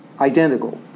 identical